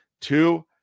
Two